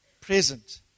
present